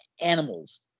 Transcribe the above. animals